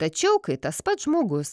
tačiau kai tas pats žmogus